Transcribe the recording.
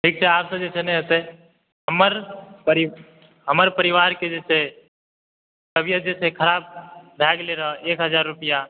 ठीक छै आब सॅं जे छै नहि हेतै हमर परि हमर परिवार के जे छै से तबियत से खराब भए गेलै र एक हजार रुपैआ